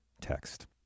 text